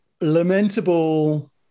lamentable